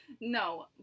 No